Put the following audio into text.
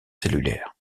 cellulaires